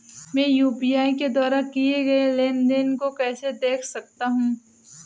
मैं यू.पी.आई के द्वारा किए गए लेनदेन को कैसे देख सकता हूं?